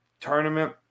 tournament